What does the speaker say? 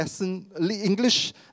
English